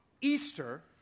Easter